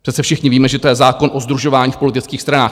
Přece všichni víme, že to je zákon o sdružování v politických stranách.